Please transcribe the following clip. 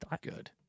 good